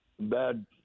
Bad